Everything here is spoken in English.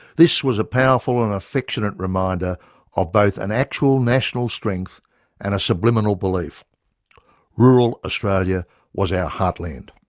this was a powerful and affectionate reminder of both an actual national strength and a subliminal belief rural australia was our heartland.